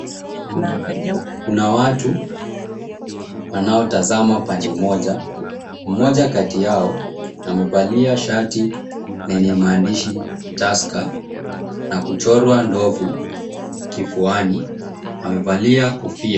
Kuna watu wanaotazama pande moja. Mmoja kati yao amevalia shati lenye maandishi Tusker na kuchorwa ndovu kifuani. Amevalia kofia.